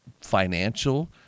financial